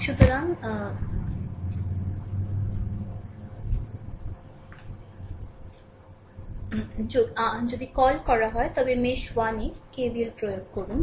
সুতরাং r যদি কল হয় তবে মেশ 1 এ rKVL প্রয়োগ করুন